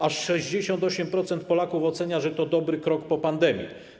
Aż 68% Polaków ocenia, że to dobry krok po pandemii.